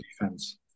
defense